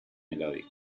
melodic